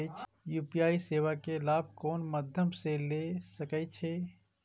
UPI सेवा के लाभ कोन मध्यम से ले सके छी?